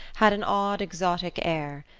had an odd exotic air,